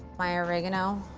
my oregano.